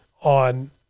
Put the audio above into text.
on